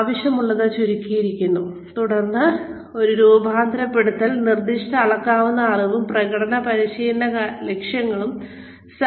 ആവശ്യമുള്ളത് ചുരുക്കിയതിനു ശേഷം ഒരാൾ നിർദ്ദിഷ്ട അളക്കാവുന്ന അറിവും പ്രകടന പരിശീലന ലക്ഷ്യങ്ങളും രൂപപ്പെടുത്തുന്നു